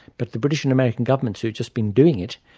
but the british and american governments who'd just been doing it,